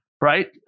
Right